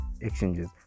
exchanges